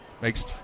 makes